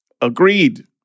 Agreed